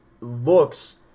looks